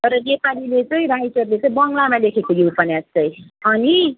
तर नेपालीले चाहिँ राइटरले चाहिँ बङ्गलामा लेखेको यो उपन्यास चाहिँ अनि